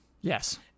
Yes